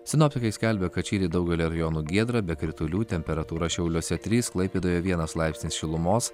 sinoptikai skelbia kad šįryt daugelyje rajonų giedra be kritulių temperatūra šiauliuose trys klaipėdoje vienas laipsnis šilumos